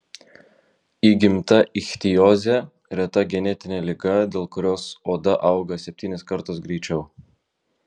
įgimta ichtiozė reta genetinė liga dėl kurios oda auga septynis kartus greičiau